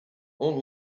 all